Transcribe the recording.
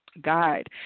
guide